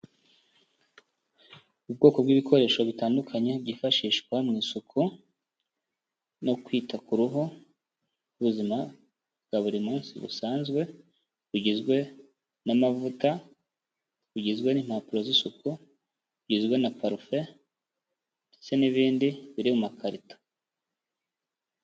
Ubwoko bw'ibikoresho bitandukanye byifashishwa mu isuku, no kwita ku ruhu rw'ubuzima bwa buri munsi busanzwe, rugizwe n'amavuta, rugizwe n'impapuro z'isuku zigizwe na parufe, ndetse n'ibindi biri mu makarito.